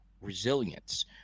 resilience